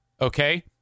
okay